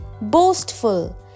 Boastful